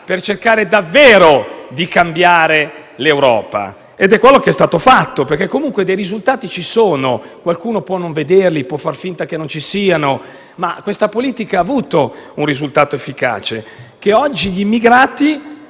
per cercare di cambiare davvero l'Europa ed è quello che è stato fatto, perché comunque dei risultati ci sono. Qualcuno può non vederli e far finta che non ci siano, ma questa politica ha prodotto un risultato efficace: oggi gli immigrati